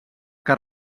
que